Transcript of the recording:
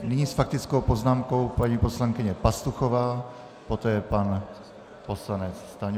Nyní s faktickou poznámkou paní poslankyně Pastuchová, poté pan poslanec Stanjura.